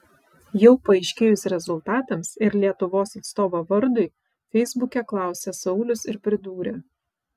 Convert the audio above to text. jau paaiškėjus rezultatams ir lietuvos atstovo vardui feisbuke klausė saulius ir pridūrė